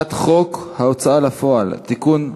הצעת חוק ההוצאה לפועל (תיקון,